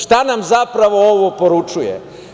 Šta nam zapravo ovo poručuje?